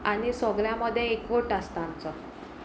आनी सगळ्यां मदीं एकवट आसता आमचो